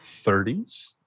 30s